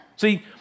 See